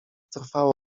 trwało